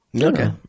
Okay